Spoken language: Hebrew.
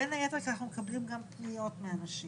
ובין היתר אנחנו גם מקבלים פניות מאנשים.